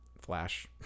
Flash